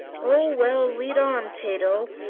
oh, well lead on, tato.